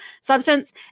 substance